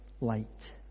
light